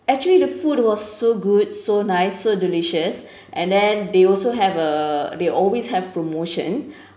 actually the food was so good so nice so delicious and then they also have a they always have promotion